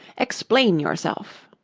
explain yourself